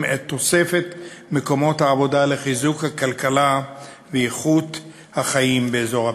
את תוספת מקומות העבודה לחיזוק הכלכלה ואיכות החיים באזור הפריפריה.